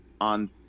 on